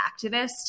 activist